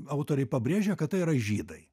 autoriai pabrėžia kad tai yra žydai